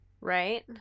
Right